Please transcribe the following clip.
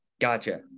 gotcha